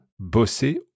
bosser